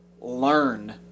learn